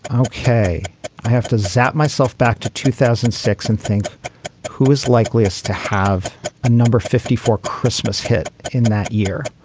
oh, okay. i have to zap myself back to two thousand and six and think who is likeliest to have a number fifty for christmas hit in that year?